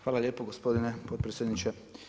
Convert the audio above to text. Hvala lijepo gospodine potpredsjedniče.